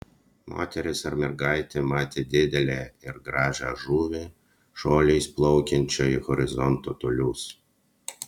moteris ir mergaitė matė didelę ir gražią žuvį šuoliais plaukiančią į horizonto tolius